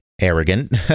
arrogant